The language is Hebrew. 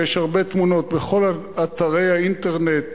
ויש הרבה תמונות בכל אתרי האינטרנט